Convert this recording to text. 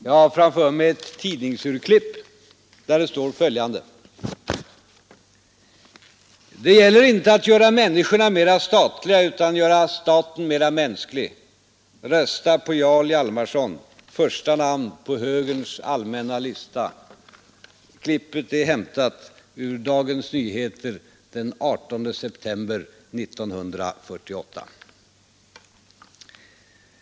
Jag har framför mig ett tidningsurklipp där det står följande: ”Det gäller inte att göra människorna mera statliga men att göra staten mera mänsklig: rösta på Jarl Hjalmarson” — denne var då första namnet på högerns allmänna lista. Klippet är från Dagens Nyheter, lördagen den 18 september 1948.